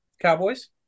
Cowboys